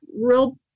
real